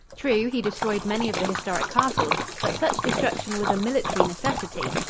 true, he destroyed many of the historic castles, but such destruction was a military necessity.